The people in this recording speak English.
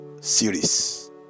series